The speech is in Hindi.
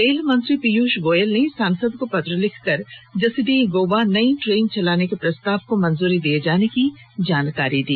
रेल मंत्री पीयुष गोयल ने सांसद को पत्र लिखकर जसीडीह गोवा नई ट्रेन चलाने के प्रस्ताव को मंजूरी दिए जाने की जानकारी दी